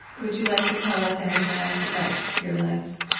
would you like to tell us anything else about your legs?